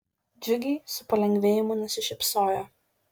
džiugiai su palengvėjimu nusišypsojo